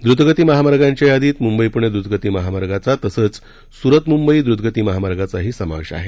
द्रतगती महामार्गांच्या यादीत मुंबई पुणे द्रुतगती महामार्गाचा तसंच सूरत मुंबई द्रुतगती महामार्गाचाही समावेश आहे